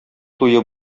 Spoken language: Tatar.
туе